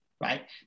right